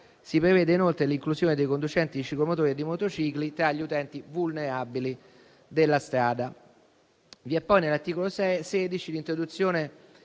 Si prevede, inoltre, l'inclusione dei conducenti di ciclomotori e di motocicli tra gli utenti vulnerabili della strada.